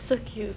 so cute